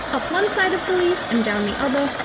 up one side of the leaf and down the other,